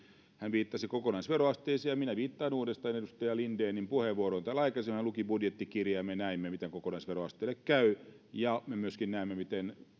hän viittasi kokonaisveroasteeseen ja minä viittaan uudestaan edustaja lindenin puheenvuoroon täällä aikaisemmin hän luki budjettikirjaa ja me näimme miten kokonaisveroasteelle käy ja me myöskin näimme miten